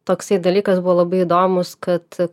toksai dalykas buvo labai įdomūs kad